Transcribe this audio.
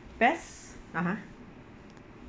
best (uh huh)